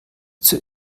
zur